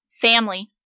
Family